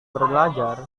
belajar